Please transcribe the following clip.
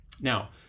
Now